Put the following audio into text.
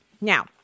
Now